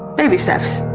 baby steps,